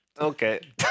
Okay